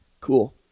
cool